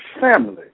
family